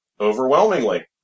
overwhelmingly